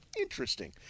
Interesting